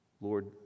Lord